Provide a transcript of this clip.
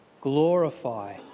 glorify